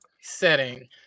Setting